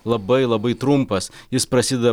labai labai trumpas jis prasideda